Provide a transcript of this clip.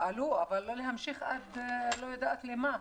אבל לא להמשיך עד אני לא יודעת מה.